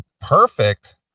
Perfect